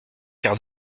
quart